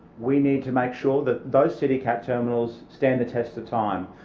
we need to make sure that those citycat terminals stand the test of time.